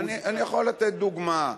אני יכול לתת דוגמה,